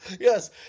Yes